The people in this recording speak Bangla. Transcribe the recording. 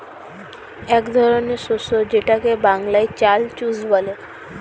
এক ধরনের শস্য যেটাকে বাংলায় চাল চুষ বলে